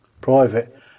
private